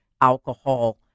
alcohol